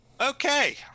Okay